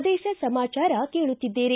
ಪ್ರದೇಶ ಸಮಾಚಾರ ಕೇಳುತ್ತಿದ್ದೀರಿ